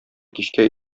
кичкә